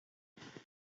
bitte